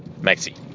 Maxi